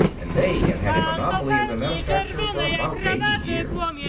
and they had had a monopoly of the manufacture for about eighty years.